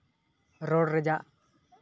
ᱨᱚᱲ ᱨᱮᱭᱟᱜ